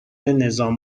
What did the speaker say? نظام